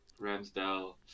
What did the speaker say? Ramsdale